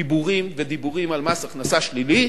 דיבורים ודיבורים על מס הכנסה שלילי,